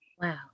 Wow